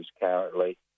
currently